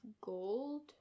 Gold